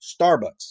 Starbucks